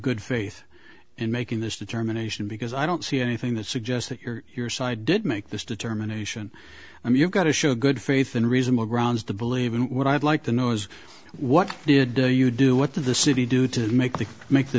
good faith in making this determination because i don't see anything that suggests that your side did make this determination i mean you've got to show good faith and reasonable grounds to believe in what i'd like to know is what did you do what the the city do to make the make the